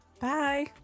Bye